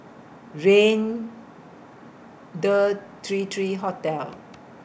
Raintr three three Hotel